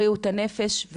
בריאות הנפש,